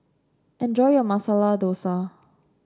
enjoy your Masala Dosa